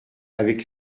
avec